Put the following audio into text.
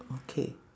okay